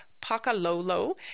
Pakalolo